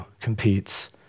competes